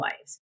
lives